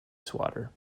swatter